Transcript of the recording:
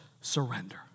surrender